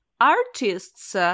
artists